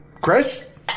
Chris